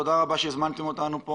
תודה רבה שהזמנת אותנו לכאן.